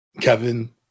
Kevin